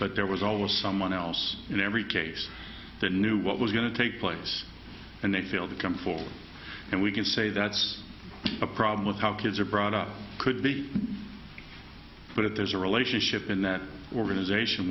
but there was always someone else in every case that knew what was going to take place and they failed to come forward and we can say that's a problem how kids are brought up could be but if there's a relationship in that organization